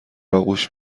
آغوش